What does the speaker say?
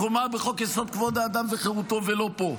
מקומה בחוק-יסוד: כבוד האדם וחירותו, ולא פה.